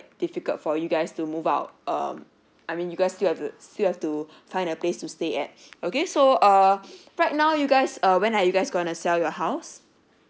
difficult for you guys to move out um I mean you guys still have to still have to find a place to stay at okay so err right now you guys uh when are you guys going to sell your house